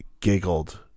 giggled